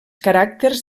caràcters